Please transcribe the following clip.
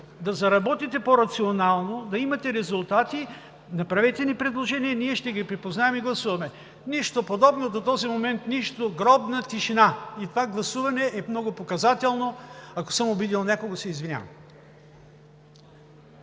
да заработите по-рационално, да имате резултати, направете ни предложения, ние ще ги припознаем и гласуваме. Нищо подобно. До този момент нищо – гробна тишина! И това гласуване е много показателно. Ако съм обидил някого, се извинявам.